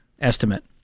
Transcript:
estimate